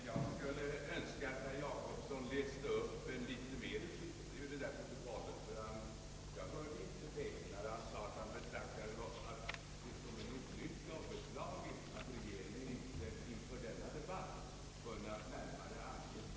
Herr talman! Jag kan inte finna något sådant!